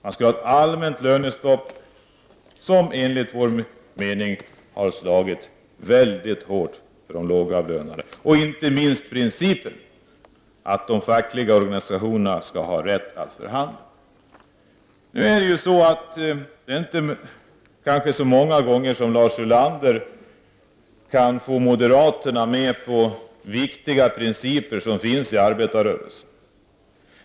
Den vill ha ett allmänt lönestopp som, enligt vår mening, skulle slå väldigt hårt mot de lågavlönade. Detta gäller inte minst principen att de fackliga organisationerna skall ha rätt att förhandla. Nu är det kanske inte så många gånger Lars Ulander kan få moderaterna med på de viktiga principer som finns inom arbetarrörelsen.